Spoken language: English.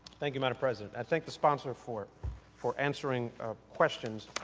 thank you, madam president. i thank the sponsor for for aspering ah questions,